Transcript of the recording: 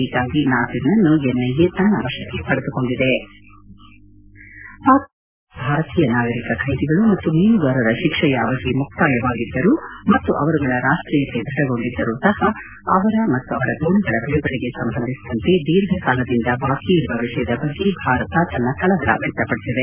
ಹೀಗಾಗಿ ನಾಸೀರ್ನನ್ನು N IA ತನ್ನ ವಶಕ್ಕೆ ಪಡೆದುಕೊಂಡಿದೆ ಪಾಕಿಸ್ತಾನದ ವಶದಲ್ಲಿರುವ ಭಾರತೀಯ ನಾಗರಿಕ ಚೈದಿಗಳು ಮತ್ತು ಮೀನುಗಾರರ ಶಿಕ್ಷೆಯ ಅವಧಿ ಮುಕ್ತಾಯವಾಗಿದ್ದರೂ ಮತ್ತು ಅವರುಗಳ ರಾಷ್ಷೀಯತೆ ದೃಢಗೊಂಡಿದ್ದರೂ ಸಹ ಅವರ ಮತ್ತು ಅವರ ದೋಣಿಗಳ ಬಿಡುಗಡೆ ಸಂಬಂಧಿಸಿದಂತೆ ದೀರ್ಘಕಾಲದಿಂದ ಬಾಕಿ ಇರುವ ವಿಷಯದ ಬಗ್ಗೆ ಭಾರತ ತನ್ನ ಕಳವಳ ವ್ಯಕ್ತಪಡಿಸಿದೆ